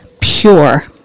pure